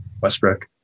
Westbrook